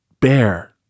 bear